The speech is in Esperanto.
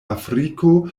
afriko